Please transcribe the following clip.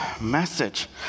message